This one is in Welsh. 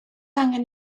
angen